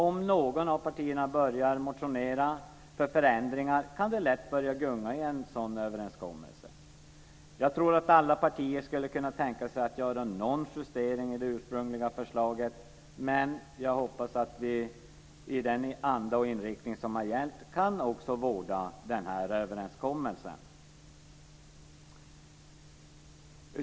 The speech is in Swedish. Om något av partierna börjar att motionera för förändringar kan det lätt börja gunga i en sådan överenskommelse. Jag tror att alla partier skulle kunna tänka sig att göra någon justering i det ursprungliga förslaget, men jag hoppas att vi med den anda och inriktning som har gällt också kan vårda den här överenskommelsen.